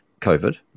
COVID